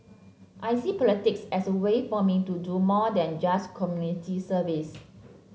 I see politics as a way for me to do more than just community service